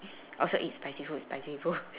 also eat spicy food spicy food